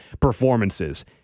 performances